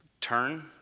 turn